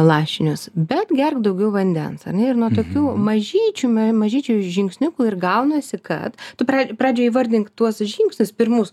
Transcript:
lašinius bet gerk daugiau vandens ar ne ir nuo tokių mažyčių mažyčių žingsniukų ir gaunasi kad tu pra pradžioj įvardink tuos žingsnius pirmus